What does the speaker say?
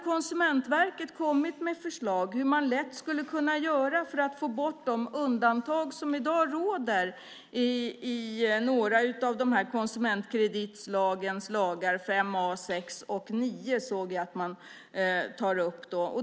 Konsumentverket har kommit med förslag till hur man lätt skulle kunna göra för att få bort de undantag som i dag råder i några av konsumentkreditlagens paragrafer; 5 a, 6 och 9 såg jag att man tar upp.